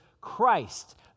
christ